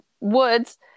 woods